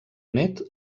nét